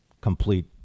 complete